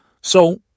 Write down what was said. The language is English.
So